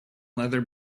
leather